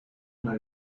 name